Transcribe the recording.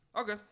Okay